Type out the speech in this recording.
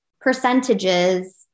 percentages